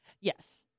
Yes